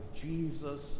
Jesus